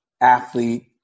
athlete